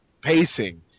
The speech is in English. pacing